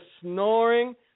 snoring